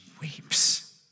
weeps